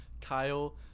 Kyle